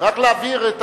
רק להבהיר.